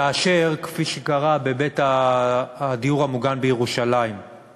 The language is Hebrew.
כאשר, כפי שקרה בבית הדיור המוגן בירושלים,